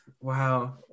Wow